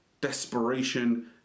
desperation